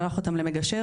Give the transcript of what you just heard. שלח אותם למגשר,